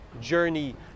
journey